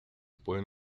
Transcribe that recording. pueden